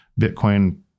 Bitcoin